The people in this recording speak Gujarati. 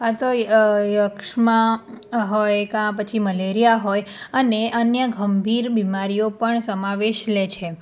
અથવા અસ્થમા હોય કાં પછી મલેરિયા હોય અને અન્ય ગંભીર બીમારીઓ પણ સમાવેશ લે છે